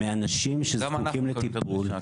מאנשים שזקוקים לטיפול.